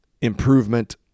improvement